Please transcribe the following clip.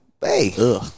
Hey